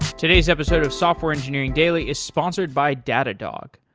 today's episode of software engineering daily is sponsored by datadog.